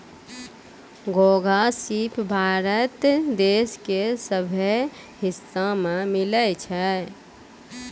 घोंघा, सिप भारत देश के सभ्भे हिस्सा में मिलै छै